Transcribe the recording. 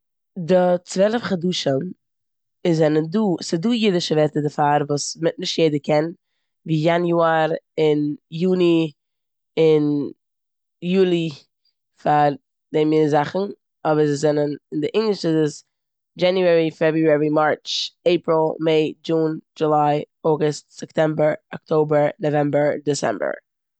די צוועלף חדשים זענען דא- ס'דא אידישע ווערטער דערפאר וואס מע- נישט יעדער קען ווי יאנואר און יוני און יולי פאר די מינע זאכן אבער זיי זענען- די ענגליש איז עס דשעניוערי, פעבורערי, מארטש, עיפריל, מעי, דשון, דשוליי, אוגאסט, סעפטעמבער, אקטאבער, נאוועמבער, דיסעמבער.